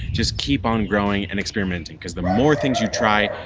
just keep on growing and experimenting because the more things you try,